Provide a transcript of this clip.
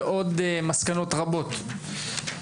ועוד מסקנות רבות.